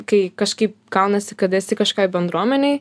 kai kažkaip gaunasi kad esi kažkokioj bendruomenėj